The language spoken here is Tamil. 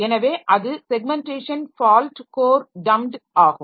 எனவே அது செக்மென்ட்டேஷன் ஃபால்ட் கோர் டம்ப்ட் ஆகும்